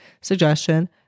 suggestion